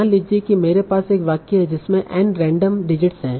मान लीजिए कि मेरे पास एक वाक्य है जिसमें N रैंडम डिजिट्स हैं